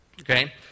okay